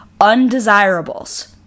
undesirables